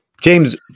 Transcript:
James